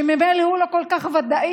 שממילא הוא לא כל כך ודאי.